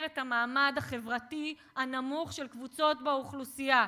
את המעמד החברתי הנמוך של קבוצות באוכלוסייה.